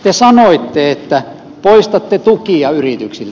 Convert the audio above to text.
te sanoitte että poistatte tukia yrityksiltä